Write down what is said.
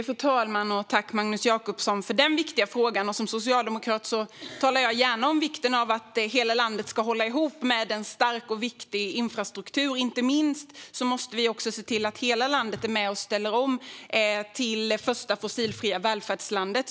Fru talman! Tack, Magnus Jacobsson, för den viktiga frågan! Som socialdemokrat talar jag gärna om vikten av att hela landet ska hålla ihop med en stark och viktig infrastruktur. Vi måste inte minst se till att hela landet är med och ställer om Sverige till det första fossilfria välfärdslandet.